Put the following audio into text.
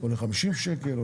או ל-40 שקלים,